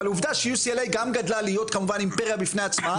אבל עובדה ש- UCLA גם גדלה להיות כמובן אימפריה בפני עצמה,